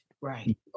Right